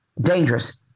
Dangerous